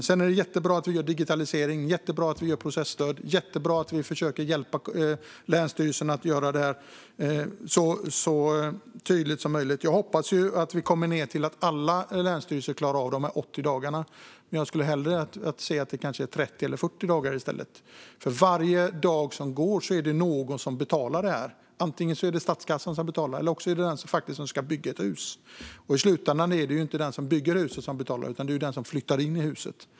Sedan är det jättebra med digitalisering, processtöd och att vi försöker hjälpa länsstyrelserna med att göra det hela så tydligt som möjligt. Jag hoppas att vi ska uppnå målet att alla länsstyrelser ska klara av de 80 dagarna, men jag skulle kanske hellre se att det blir 30 eller 40 dagar i stället. För varje dag som går är det ju någon som får betala. Antingen är det statskassan som betalar, eller också är det den som ska bygga ett hus. Och i slutändan är det inte den som bygger huset som betalar utan den som flyttar in i huset.